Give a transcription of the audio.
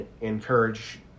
Encourage